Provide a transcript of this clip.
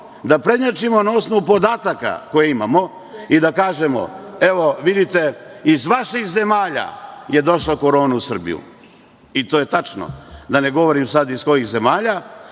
da prednjačimo na osnovu podataka koje imamo i da kažemo - evo, vidite, iz vaših zemalja je došla korona u Srbiju, i to je tačno, da ne govorim sad iz kojih zemalja,